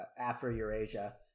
Afro-Eurasia